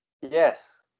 yes